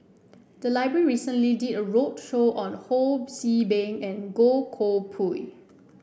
the library recently did a roadshow on Ho See Beng and Goh Koh Pui